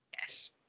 yes